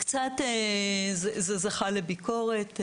זה קצת זכה לביקורת,